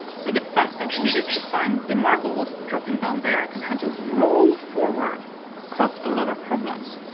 so the fact that in this design the marble was dropping down there and had to roll forward caused a lot of problems.